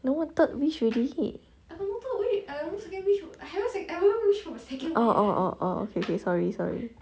no third wish already orh orh orh orh okay okay sorry sorry